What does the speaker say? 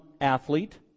athlete